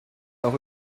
auch